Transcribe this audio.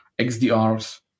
XDRs